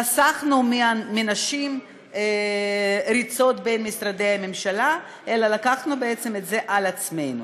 שחסכנו לנשים ריצות בין משרדי הממשלה ולקחנו את זה על עצמנו.